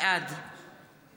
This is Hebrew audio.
בעד